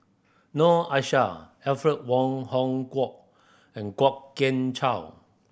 Noor Aishah Alfred Wong Hong Kwok and Kwok Kian Chow